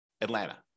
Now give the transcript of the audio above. Atlanta